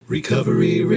Recovery